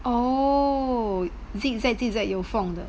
oo zig zag zig zag 有锋的